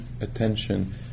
attention